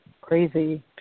crazy